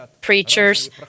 preachers